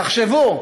תחשבו,